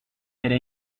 era